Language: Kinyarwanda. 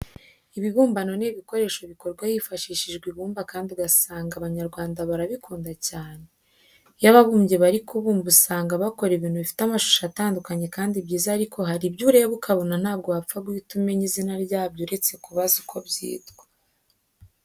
Ibibumbano ni ibikoresho bikorwa hifashishijwe ibumba kandi ugasanga Abanyarwanda barabikunda cyane. Iyo ababumbyi bari kubumba usanga bakora ibintu bifite amashusho atandukanye kandi byiza ariko hari ibyo ureba ukabona ntabwo wapfa guhita umenya izina ryabyo uretse kubaza uko byitwa.